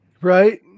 right